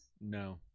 No